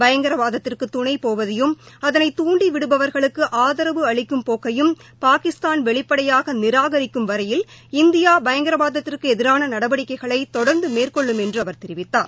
பயங்கரவாதத்திற்கு துணைபோவதையும் அதனை துண்டி விடுபவர்களுக்கு ஆதரவு அளிக்கும் போக்கை பாகிஸ்தான் வெளிப்படையாக நிராகரிக்கும் வரை இந்தியா பயங்கரவாதத்திற்கு எதிரான நடவடிக்கைகளை தொடர்ந்து மேற்கொள்ளும் என்று அவர் தெரிவித்தார்